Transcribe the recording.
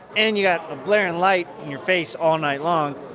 and you've got a blaring light in your face all night long.